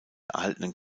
erhaltenen